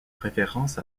référence